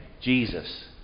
Jesus